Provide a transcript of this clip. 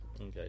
Okay